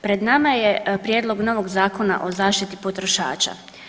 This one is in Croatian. Pred nama je Prijedlog novog Zakona o zaštiti potrošača.